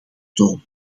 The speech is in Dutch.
tonen